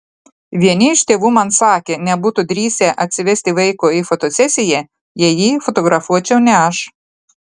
vieni iš tėvų man sakė nebūtų drįsę atsivesti vaiko į fotosesiją jei jį fotografuočiau ne aš